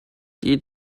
die